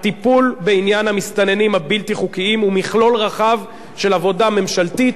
הטיפול בעניין המסתננים הבלתי-חוקיים הוא מכלול רחב של עבודה ממשלתית,